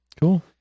Cool